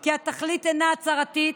כי התכלית אינה הצהרתית,